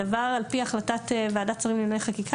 הדבר על פי החלטת ועדת שרים לענייני חקיקה